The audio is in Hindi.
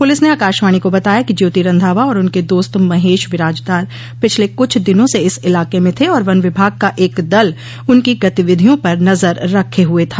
पुलिस ने आकाशवाणी को बताया कि ज्योति रंधावा और उनके दोस्त महेश विराजदार पिछले कुछ दिनों से इस इलाके में थे और वन विभाग का एक दल उनकी गतिविधियों पर नजर रखे हुए था